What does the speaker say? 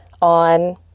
on